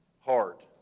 heart